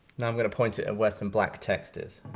now i'm gonna point it at where some black text is.